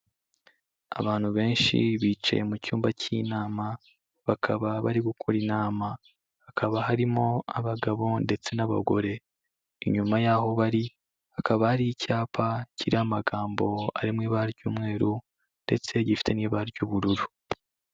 Abantu benshi bicaye mu cyumba cy'inama, bakaba bari gukora inama. Hakaba harimo abagabo ndetse n'abagore. Inyuma y'aho bari, hakaba hari icyapa kiriho amagambo ari mu ibara ry'umweru ndetse gifite n'ibara ry'ubururu.